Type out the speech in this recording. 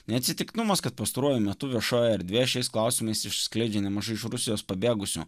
neatsitiktinumas kad pastaruoju metu viešojoje erdvėje šiais klausimais išskleidžia nemažai iš rusijos pabėgusių